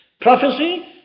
Prophecy